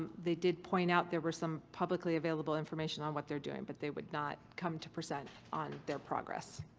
they did point out there was some publicly available information on what they're doing, but they would not come to present on their progress.